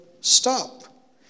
stop